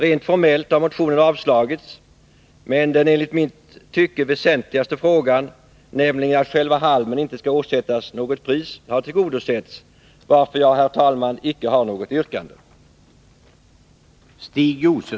Rent formellt har motionen avstyrkts, men det enligt mitt tycke väsentligaste kravet, nämligen att själva halmen inte skall åsättas något pris, har tillgodosetts, varför jag, herr talman, inte har något yrkande.